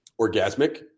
orgasmic